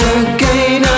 again